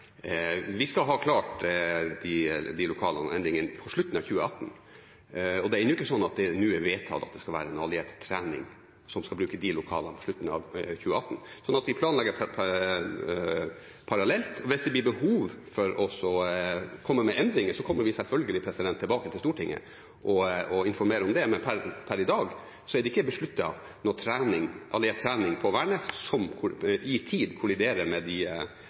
Vi skal ha de lokalene klare på slutten av 2018, og det er ikke slik at det er vedtatt at det skal være en alliert trening som skal bruke de lokalene på slutten av 2018. Vi planlegger parallelt, og hvis det blir behov for å gjøre endringer, kommer vi selvfølgelig tilbake til Stortinget og informerer om det. Men per i dag er det ikke besluttet noe alliert trening på Værnes som i tid kolliderer med de